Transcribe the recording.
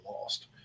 lost